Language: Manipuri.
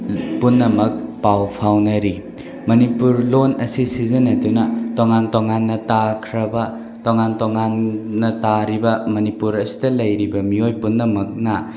ꯄꯨꯝꯅꯃꯛ ꯄꯥꯎ ꯐꯥꯎꯅꯔꯤ ꯃꯅꯤꯄꯨꯔ ꯂꯣꯜ ꯑꯁꯤ ꯁꯤꯖꯤꯟꯅꯗꯨꯅ ꯇꯣꯉꯥꯟ ꯇꯣꯉꯥꯟꯅ ꯇꯥꯈ꯭ꯔꯕ ꯇꯣꯉꯥꯟ ꯇꯣꯉꯥꯟꯅ ꯇꯥꯔꯤꯕ ꯃꯅꯤꯄꯨꯔ ꯑꯁꯤꯗ ꯂꯩꯔꯤꯕ ꯃꯤꯑꯣꯏ ꯄꯨꯝꯅꯃꯛꯅ